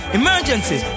emergency